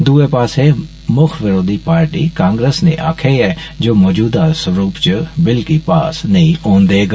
दुए पास्सै मुक्ख विरोधी पार्टी कांग्रेस ने आक्खेआ ऐ जे ओ मौजूदा स्वरुप च बिल गी पास नेई होन देग